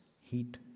heat